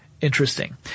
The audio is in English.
interesting